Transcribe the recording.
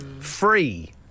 Free